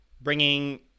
bringing